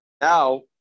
Now